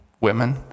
women